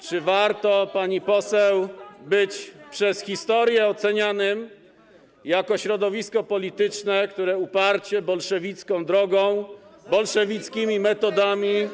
czy warto, pani poseł, być przez historię ocenianym jako środowisko polityczne, które uparcie, bolszewicką drogą, bolszewickimi metodami.